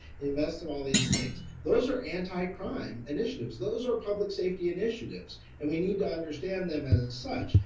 invest in all these things, those are anti-crime initiatives, those are public safety initiatives, and we need to understand them as such,